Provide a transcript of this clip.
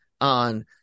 on